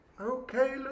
Okay